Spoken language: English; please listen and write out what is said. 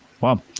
Wow